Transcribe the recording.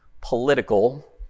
political